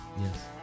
Yes